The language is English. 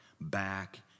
back